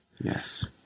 Yes